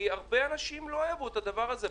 כי הרבה אנשים לא יאהבו את הדבר הזה,